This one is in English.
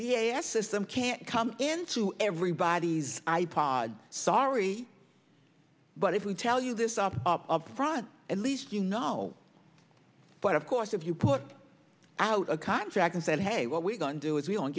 f system can't come into everybody's i pod sorry but if we tell you this up up up front at least you know but of course if you put out a contract and said hey what we're going to do is we don't